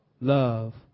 Love